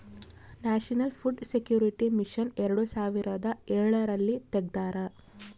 national food security mission ಎರಡು ಸಾವಿರದ ಎಳರಲ್ಲಿ ತೆಗ್ದಾರ